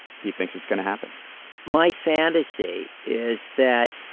he thinks it's going to happen my fantasy is that,